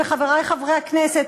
וחברי חברי הכנסת,